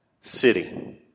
city